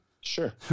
Sure